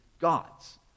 God's